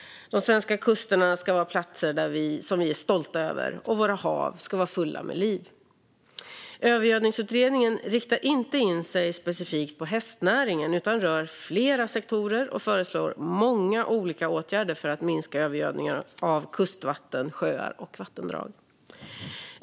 De svenska kusterna ska vara platser vi är stolta över, och våra hav ska vara fulla med liv. Övergödningsutredningen riktar inte in sig specifikt på hästnäringen utan rör flera sektorer och föreslår många olika åtgärder för att minska övergödningen av kustvatten, sjöar och vattendrag.